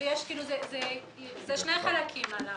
זה עלה בשני חלקים.